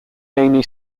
amy